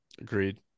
Agreed